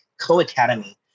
co-academy